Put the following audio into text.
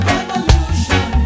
Revolution